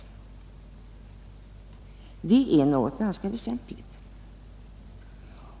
Det är något ganska väsentligt!